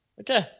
okay